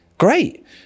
Great